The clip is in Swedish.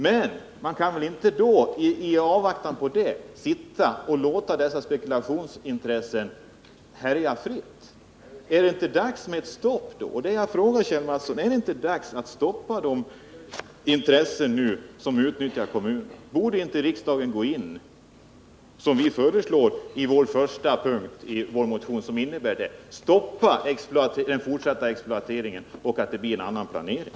Men man kan väl inte i avvaktan på det sitta och låta dessa spekulationsintressen härja fritt. Är det inte dags för ett stopp? Och det vill jag fråga Kjell Mattsson: Är det inte dags att stoppa de intressen som utnyttjar kommunerna? Borde inte riksdagen gå in, som vi föreslår i första punkten i vår motion, och stoppa den fortsatta exploateringen så att det blir en annan planering?